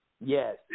Yes